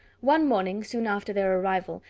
one morning, soon after their arrival,